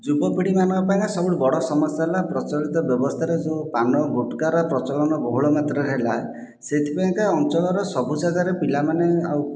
ଯୁବ ପିଢ଼ିମାନଙ୍କ ପାଖରେ ସବୁଠାରୁ ବଡ଼ ସମସ୍ୟା ହେଲା ପ୍ରଚଳିତ ବ୍ୟବସ୍ଥାରେ ଯେଉଁ ପାନ ଗୁଟ୍ଖାର ପ୍ରଚଳନ ବହୁଳ ମାତ୍ରାରେ ହେଲା ସେଇଥି ପାଇଁକା ଅଞ୍ଚଳର ସବୁ ଜାଗାରେ ପିଲାମାନେ ଆଉ